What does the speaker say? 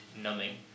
numbing